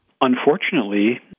Unfortunately